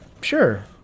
Sure